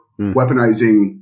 weaponizing